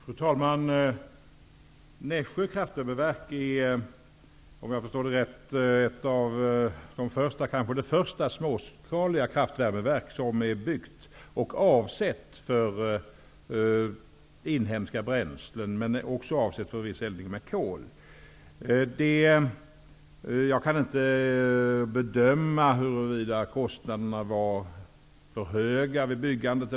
Fru talman! Nässjö Kraftvärmeverk är, om jag förstått det rätt, det första småskaliga kraftvärmeverk som är byggt och avsett för inhemska bränslen men som också är avsett för viss eldning med kol. Jag kan inte bedöma huruvida kostnaderna var för höga vid byggandet.